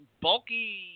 bulky